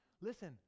Listen